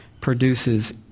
produces